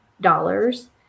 dollars